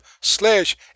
slash